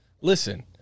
Listen